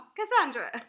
Cassandra